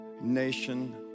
nation